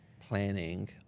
planning